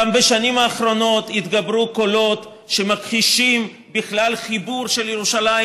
גם בשנים האחרונות התגברו קולות שמכחישים בכלל חיבור של ירושלים